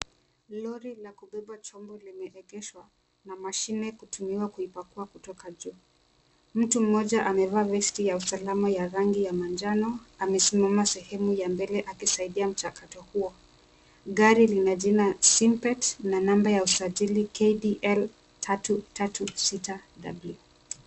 Lori la kubeba chombo lemeengeshwa na mashine kutumiwa kuipakuwa kutoka ju. Mtu mmoja amevaa vesti ya usalama ya rangi ya majano, amesimama sehumu ya mbele akisaidia mchakato huo. Gari lina jina Simpet na namba ya usajili KDL 336W.